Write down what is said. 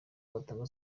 batanga